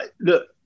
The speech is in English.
Look